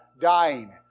dying